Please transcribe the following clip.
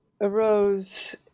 arose